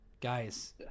guys